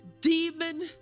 demon